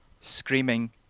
screaming